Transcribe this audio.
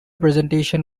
presentation